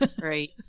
Right